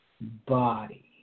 body